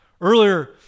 Earlier